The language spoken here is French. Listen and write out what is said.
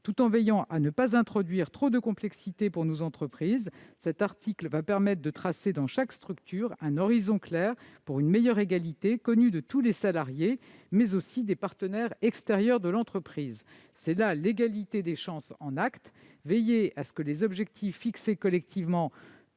Tout en veillant à ne pas introduire trop de complexité pour nos entreprises, nous souhaitons au travers de cet article tracer dans chaque structure un horizon clair pour une meilleure égalité, connu non seulement de tous les salariés mais également des partenaires extérieurs de l'entreprise. C'est là l'égalité des chances en acte : veiller à ce que les objectifs fixés collectivement